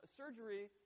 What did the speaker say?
surgery